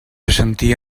assentir